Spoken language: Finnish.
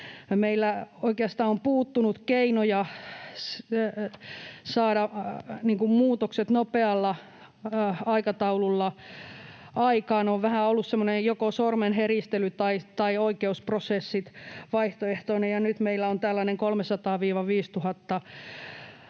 Meiltä oikeastaan on puuttunut keinoja saada muutokset nopealla aikataululla aikaan. On vähän ollut joko sormenheristely tai oikeusprosessit vaihtoehtoina, ja nyt meillä on tällainen 300:n—5